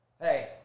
Hey